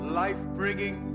life-bringing